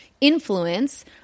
influence